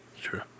True